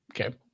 Okay